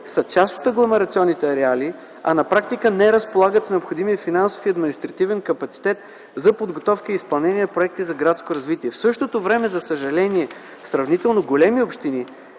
са част от агломерационните ареали, а на практика не разполагат с необходимия финансов и административен капацитет за подготовка и изпълнение на проекти за градско развитие. В същото време, за съжаление, сравнително големи общини